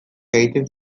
egiten